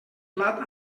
blat